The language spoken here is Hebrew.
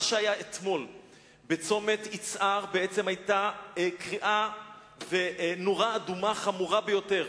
מה שהיה אתמול בצומת יצהר היה קריאה ונורה אדומה חמורה ביותר.